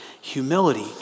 Humility